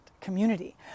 community